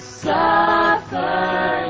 suffer